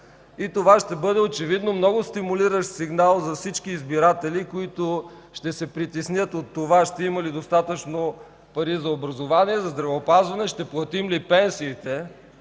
Това ще бъде много стимулиращ сигнал за всички избиратели, които ще се притеснят дали ще имат достатъчно пари за образование, за здравеопазване, ще платим ли пенсиите.